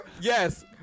Yes